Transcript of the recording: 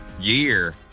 year